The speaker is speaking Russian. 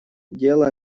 дела